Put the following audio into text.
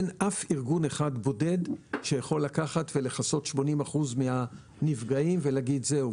אין אף ארגון אחד בודד שיכול לקחת ולכסות 80% מהנפגעים ולהגיד: זהו,